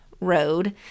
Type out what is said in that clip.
road